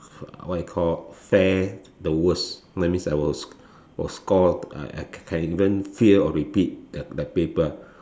what you call fare the worst that means I will will score uh I can even fail or repeat that paper